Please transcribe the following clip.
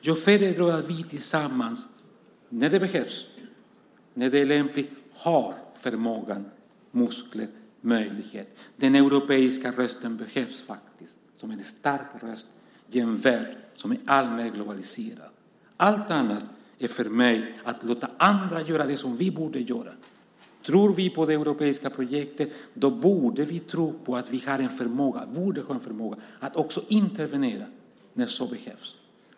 Jag föredrar att vi tillsammans - när det behövs och när det är lämpligt - har förmåga, muskler och möjlighet. Den europeiska rösten behövs faktiskt, som en stark röst i en värld som är alltmer globaliserad. Allt annat är för mig att låta andra göra det som vi borde göra. Tror vi på det europeiska projektet borde vi tro på att vi har och borde ha en förmåga att också intervenera när så behövs.